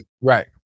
Right